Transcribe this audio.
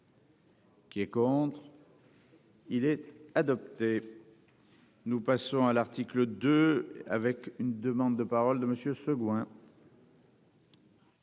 Qui est contre. Il est adopté. Nous passons à l'article de avec une demande de parole de monsieur Seguin.